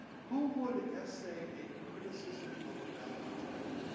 who would essay a criticism of a ballad today?